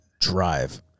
Drive